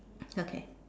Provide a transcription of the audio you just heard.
okay